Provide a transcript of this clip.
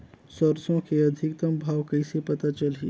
सरसो के अधिकतम भाव कइसे पता चलही?